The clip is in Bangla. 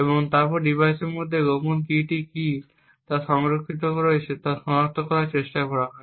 এবং তারপর ডিভাইসের মধ্যে গোপন কীটি কী সংরক্ষিত রয়েছে তা সনাক্ত করার চেষ্টা করা হয়